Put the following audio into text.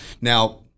Now